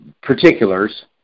particulars